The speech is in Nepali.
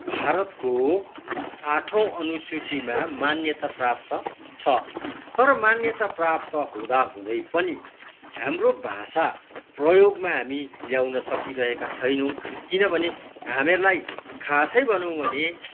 भारतको आठौँ अनुसूचीमा मान्यता प्राप्त छ तर मान्यता प्राप्त हुँदाहुँदै पनि हाम्रो भाषा प्रयोगमा हामी ल्याउन सकि रहेका छैनौँ किनभने हामीहरूलाई खासै भनौँ भने